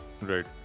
Right